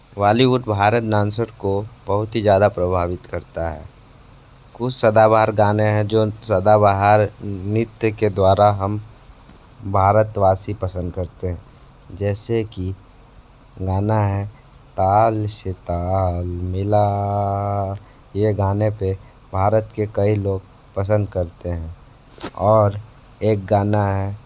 Bollywood Bharat dancer को बहुत ही ज़्यादा प्रभावित करता है कुछ सदाबहार गाने है जो सदाबहार नृत्य के द्वारा हम भारतवासी पसंद करते हैं जैसे की गाना है ताल से ताल मिला ये गाने पर भारत के कई लोग पसंद करते है और एक गाना है